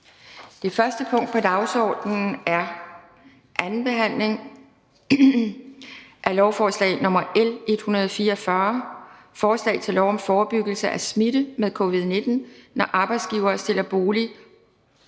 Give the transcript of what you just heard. Det første punkt på dagsordenen er: 1) 2. behandling af lovforslag nr. L 144: Forslag til lov om forebyggelse af smitte med covid-19, når arbejdsgivere stiller bolig